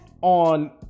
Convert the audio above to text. on